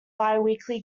biweekly